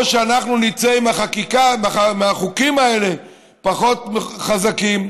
או שאנחנו נצא מהחוקים האלה פחות חזקים,